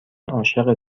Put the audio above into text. عاشق